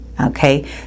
okay